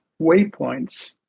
waypoints